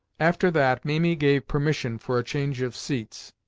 after that, mimi gave permission for a change of seats,